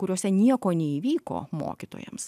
kuriose nieko neįvyko mokytojams